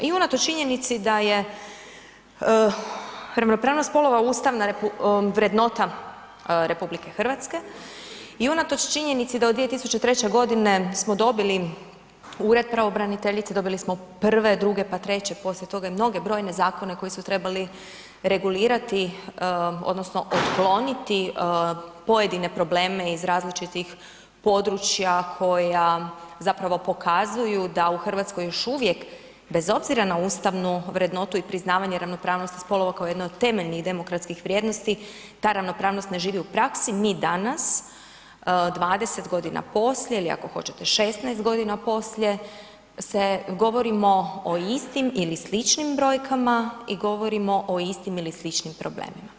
I unatoč činjenici da je ravnopravnost spolova ustavna vrednota Republike Hrvatske i unatoč činjenici da od 2003. godine smo dobili Ured pravobraniteljice dobili smo prve, druge, pa treće poslije toga i mnoge brojne zakone koji su trebali regulirati odnosno otkloniti pojedine problem iz različitih područja koja zapravo pokazuju da u Hrvatskoj još uvijek bez obzira na ustavnu vrednotu i priznavanje ravnopravnosti spolova kao jedno od temeljnih demokratskih vrijednosti ta ravnopravnost ne živi u praksi mi danas 20 godina poslije ili ako hoćete 16 godina poslije govorimo o istim ili sličnim brojkama i govorimo o istim ili sličnim problemima.